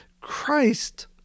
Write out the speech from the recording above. Christ